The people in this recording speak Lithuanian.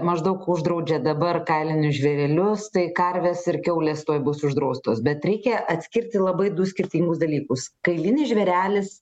maždaug uždraudžia dabar kailinius žvėrelius tai karvės ir kiaulės tuoj bus uždraustos bet reikia atskirti labai du skirtingus dalykus kailinis žvėrelis